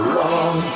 Wrong